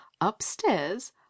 upstairs